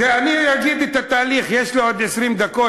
אני אגיד את התהליך, יש לי עוד 20 דקות.